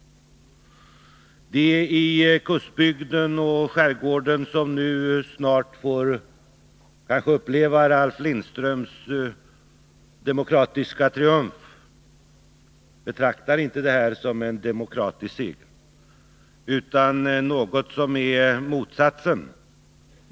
De som i kustbygden och skärgården nu snart kanske får uppleva Ralf Lindströms demokratiska triumf betraktar inte denna som resultatet av en demokratisk syn utan som något som är motsatsen.